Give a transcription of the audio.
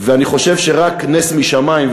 ואני חושב שרק עם נס משמים,